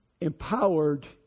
empowered